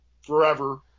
forever